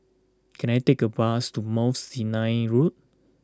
can I take a bus to Mount Sinai Road